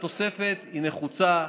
התוספת היא נחוצה,